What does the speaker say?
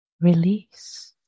release